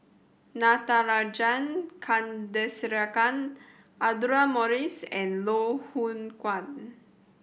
Natarajan Chandrasekaran Audra Morrice and Loh Hoong Kwan